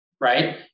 right